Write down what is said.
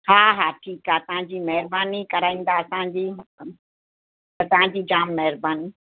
हा हा ठीकु आहे तव्हांजी महिरबानी कराईंदा असांजी त तव्हांजी जामु महिरबानी